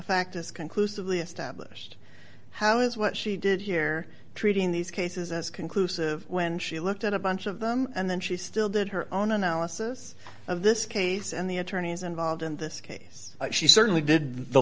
fact is conclusively established how is what she did here treating these cases as conclusive when she looked at a bunch of them and then she still did her own analysis of this case and the attorneys involved in this case she certainly did the